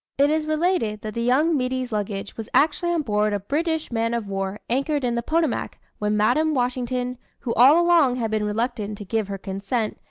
it is related that the young middy's luggage was actually on board a british man-of-war anchored in the potomac, when madam washington, who all along had been reluctant to give her consent,